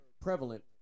prevalent